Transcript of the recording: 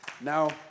Now